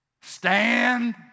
Stand